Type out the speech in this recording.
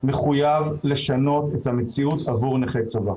מחויב לשנות את המציאות עבור נכי צבא,